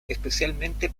especialmente